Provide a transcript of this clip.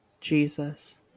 Jesus